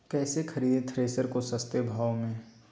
कैसे खरीदे थ्रेसर को सस्ते भाव में?